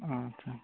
ᱟᱪᱪᱷᱟ